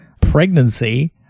pregnancy